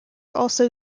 also